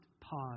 pause